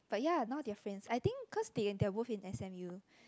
but ya now they are friends I think cause they they are both in S_N_U